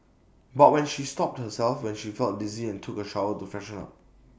but when she stopped herself when she felt dizzy and took A shower to freshen up